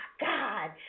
god